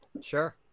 Sure